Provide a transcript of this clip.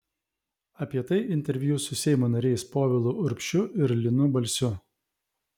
apie tai interviu su seimo nariais povilu urbšiu ir linu balsiu